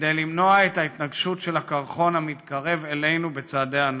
כדי למנוע את ההתנגשות בקרחון המתקרב אלינו בצעדי ענק.